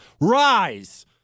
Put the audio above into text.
Rise